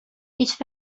هیچ